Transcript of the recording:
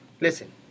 Listen